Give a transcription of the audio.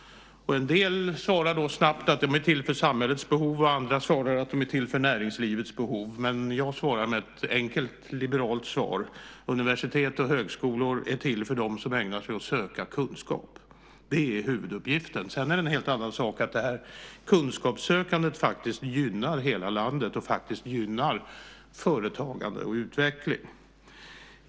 En del svarar då snabbt att de är till för samhällets behov, och andra svarar att de är till för näringslivets behov. Men jag svarar med ett enkelt liberalt svar: Universitet och högskolor är till för dem som ägnar sig åt att söka kunskap. Det är huvuduppgiften. Sedan är det en helt annan sak att detta kunskapssökande faktiskt gynnar hela landet och faktiskt gynnar företagande och utveckling.